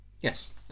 yes